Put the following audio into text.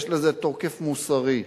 יש לזה תוקף מוסרי,